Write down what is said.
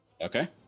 Okay